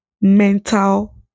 mental